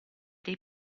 dei